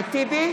אחמד טיבי,